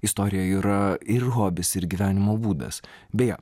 istorija yra ir hobis ir gyvenimo būdas beje